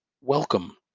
welcome